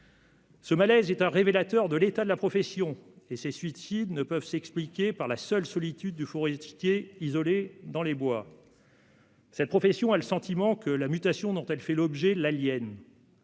Le malaise est révélateur de l'état de la profession. Les suicides ne peuvent pas s'expliquer par la seule solitude du forestier isolé dans les bois. La profession a le sentiment que la mutation dont elle fait l'objet l'aliène.